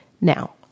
Now